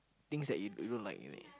things that you you don't like really